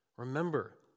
Remember